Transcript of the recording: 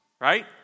right